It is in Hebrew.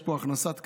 יש פה הכנסת כלה,